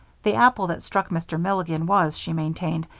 the apple that struck mr. milligan was, she maintained,